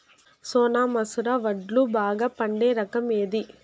సోనా మసూర వడ్లు బాగా పండే రకం ఏది